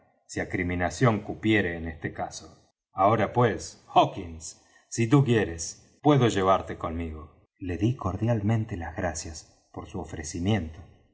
si acriminación cupiere en este caso ahora pues hawkins si tú quieres puedo llevarte conmigo le dí cordialmente las gracias por su ofrecimiento